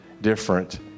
different